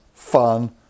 fun